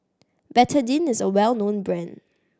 Betadine is a well known brand